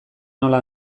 nola